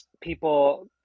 people